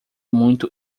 muito